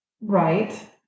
Right